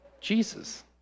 Jesus